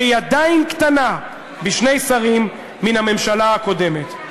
שהיא עדיין קטנה בשני שרים מן הממשלה הקודמת.